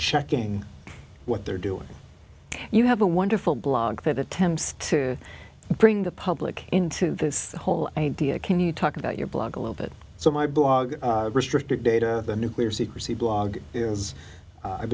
checking what they're doing and you have a wonderful blog that attempts to bring the public into this whole idea can you talk about your blog a little bit so my blog restricted data the nuclear secrecy blog is i've